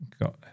got